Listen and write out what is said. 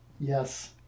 Yes